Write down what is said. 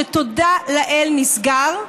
שתודה לאל נסגר.